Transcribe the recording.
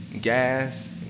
gas